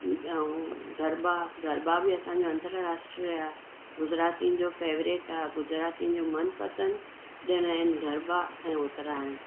ऐं गरबा गरबा बि असांजो अंतरराष्ट्रीय आहे गुजरातियुनि जो फेवरेट आहे गुजरातियुनि जो मनपसंदि ॾिण आहिनि गरबा ऐं उतराइण